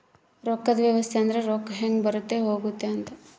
ರೊಕ್ಕದ್ ವ್ಯವಸ್ತೆ ಅಂದ್ರ ರೊಕ್ಕ ಹೆಂಗ ಬರುತ್ತ ಹೋಗುತ್ತ ಅಂತ